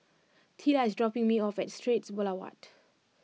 Teela is dropping me off at Straits Boulevard